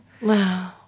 Wow